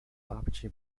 babci